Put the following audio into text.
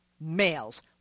males